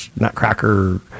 nutcracker